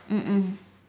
mm mm